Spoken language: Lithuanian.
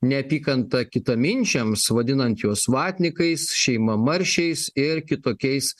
neapykanta kitaminčiams vadinant juos vatnikais šeima maršiais ir kitokiais